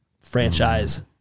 franchise